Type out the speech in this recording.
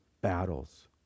battles